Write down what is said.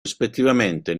rispettivamente